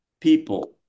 people